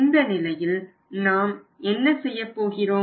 இந்த நிலையில் நாம் என்ன செய்யப்போகிறோம்